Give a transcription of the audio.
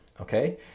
okay